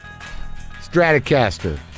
Stratocaster